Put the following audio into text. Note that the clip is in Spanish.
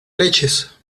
leches